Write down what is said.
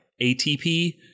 ATP